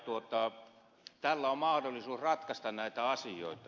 tällä on mahdollisuus ratkaista näitä asioita